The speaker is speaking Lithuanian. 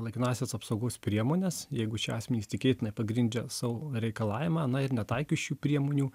laikinąsias apsaugos priemones jeigu šie asmenys tikėtinai pagrindžia savo reikalavimą na ir netaikius šių priemonių